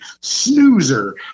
snoozer